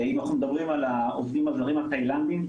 אם אנחנו מדברים על העובדים הזרים התאילנדים,